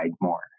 more